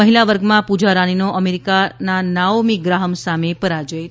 મહિલા વર્ગમાં પૂજા રાનીનો અમેરિકા નાઓમી ગ્રાહમ સામે પરાજય થયો છે